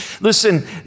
Listen